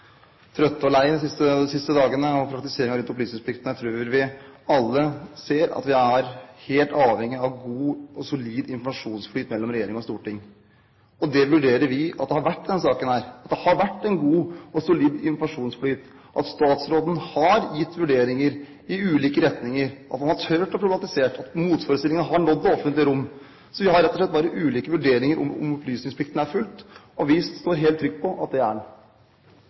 trøtte og leie de siste dagene. Jeg tror vi alle ser at vi er helt avhengige av god og solid informasjonsflyt mellom regjering og storting. Det vurderer vi at det har vært i denne saken – at det har vært en god og solid informasjonsflyt, at statsråden har gitt vurderinger i ulike retninger, at han har tort å problematisere, at motforestillingene har nådd det offentlige rom. Vi har rett og slett bare ulike vurderinger av om opplysningsplikten er fulgt, og vi står helt trygt på at det er den.